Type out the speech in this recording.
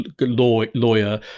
lawyer